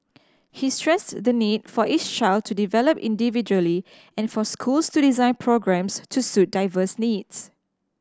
he stressed the need for each child to develop individually and for schools to design programmes to suit diverse needs